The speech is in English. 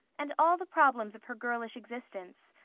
and all the problems of her girlish existence.